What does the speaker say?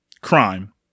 crime